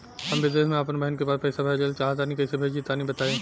हम विदेस मे आपन बहिन के पास पईसा भेजल चाहऽ तनि कईसे भेजि तनि बताई?